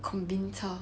convince her